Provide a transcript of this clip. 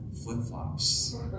flip-flops